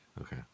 Okay